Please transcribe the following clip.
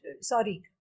sorry